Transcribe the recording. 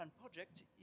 project